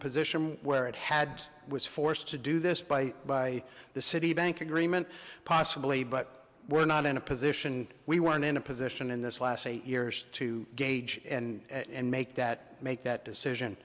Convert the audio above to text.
position where it had was forced to do this by by the citibank agreement possibly but we're not in a position we weren't in a position in this last eight years to gauge and make that make that decision